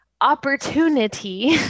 opportunity